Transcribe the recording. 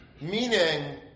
Meaning